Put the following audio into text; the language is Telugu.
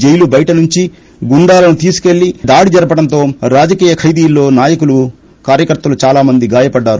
జైలు బయట నుంచి గుండాలను తీసుకెల్లి దాడి జరపడంతో రాజకీయ ఖైదీల్లో నాయకులు కార్యకర్తలు చాలా మంది గాయపడ్డారు